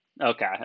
Okay